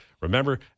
remember